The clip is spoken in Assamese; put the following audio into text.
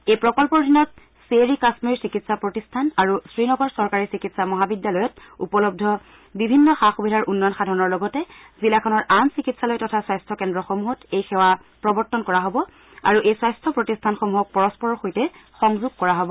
এই প্ৰকল্পৰ অধীনত শ্বেৰ ই কাশ্মীৰ চিকিৎসা প্ৰতিষ্ঠান আৰু শ্ৰীনগৰ চৰকাৰী চিকিৎসা মহাবিদ্যালয়ত উপলৰূ বিভিন্ন সা সুবিধাৰ উন্নয়ন সাধনৰ লগতে জিলাখনৰ আন চিকিৎসালয় তথা স্বাস্থ্য কেন্দ্ৰসমূহত এই সেৱা প্ৰৱৰ্তন কৰা হ'ব আৰু এই স্বাস্থ্য প্ৰতিষ্ঠানসমূহক পৰস্পৰ সৈতে সংযোগ কৰা হ'ব